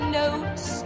notes